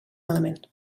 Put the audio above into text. malament